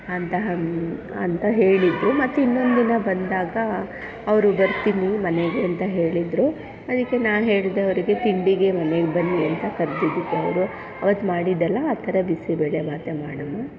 ಅಂತಹ ಅಂತ ಹೇಳಿದರು ಮತ್ತಿನ್ನೊಂದು ದಿನ ಬಂದಾಗ ಅವರು ಬರ್ತೀನಿ ಮನೆಗೆ ಅಂತ ಹೇಳಿದರು ಅದಕ್ಕೆ ನಾನು ಹೇಳಿದೆ ಅವರಿಗೆ ತಿಂಡಿಗೆ ಮನೆಗೆ ಬನ್ನಿ ಅಂತ ಕರೆದಿದ್ದಕ್ಕವ್ರು ಆವತ್ತು ಮಾಡಿದೆಯಲ್ಲ ಆ ಥರ ಬಿಸಿಬೇಳೆಬಾತೇ ಮಾಡಮ್ಮ